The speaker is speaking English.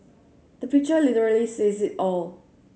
the picture literally says it all